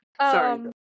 sorry